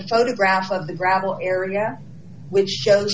photograph of the gravel area which shows